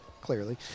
clearly